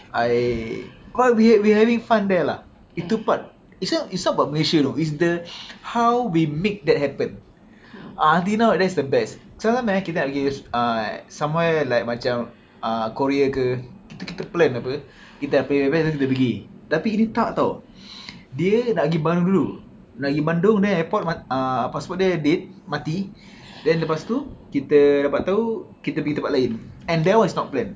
I quite weird we having fun there lah it took part it's not it's not about malaysia you know it's the how we make that happen until now that's the best somehow eh kita nak pergi aus~ ah somewhere like macam uh korea ke itu kita plan apa kita nak plan plan plan sampai pergi tapi ini tak [tau] dia nak pergi bandung dulu nak pergi bandung then airport uh then passport dia habis uh mati then lepas tu kita dapat tahu kita pergi tempat lain and that was not planned